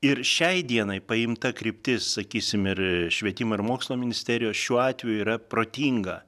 ir šiai dienai paimta kryptis sakysim ir švietimo ir mokslo ministerijos šiuo atveju yra protinga